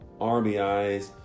RBIs